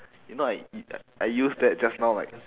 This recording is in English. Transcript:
you know I eat I use that just now like